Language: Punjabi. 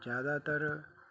ਜ਼ਿਆਦਾਤਰ